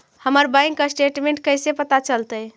हमर bank statement कैसे पता चलतै?